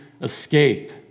escape